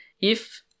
if-